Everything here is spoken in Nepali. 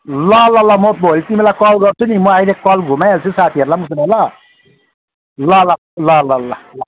ल ल ल म भोलि तिमीलाई कल गर्छु नि म अहिले कल घुमाइहाल्छु साथीहरूलाई पनि उसो भए ल ल ल ल ल ल